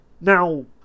Now